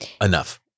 Enough